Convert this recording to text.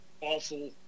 awful